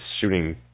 shooting